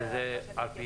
זה מה שאני מכירה.